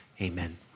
Amen